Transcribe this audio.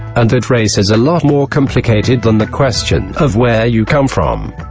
and that race is a lot more complicated than the question, of where you come from.